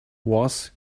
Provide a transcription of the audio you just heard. was